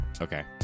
Okay